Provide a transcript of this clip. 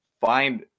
find